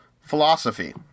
philosophy